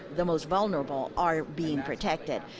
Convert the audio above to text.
the most vulnerable are being protected.